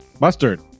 Mustard